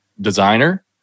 designer